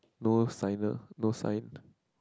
no signer no sign